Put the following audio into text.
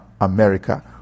America